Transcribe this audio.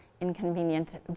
inconvenient